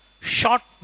shot